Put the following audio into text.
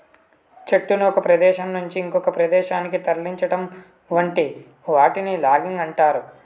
చెట్లను ఒక ప్రదేశం నుంచి ఇంకొక ప్రదేశానికి తరలించటం వంటి వాటిని లాగింగ్ అంటారు